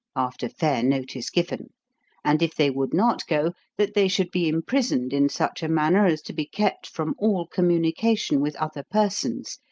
after fair notice given and if they would not go, that they should be imprisoned in such a manner as to be kept from all communication with other persons,